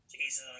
Jesus